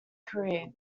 career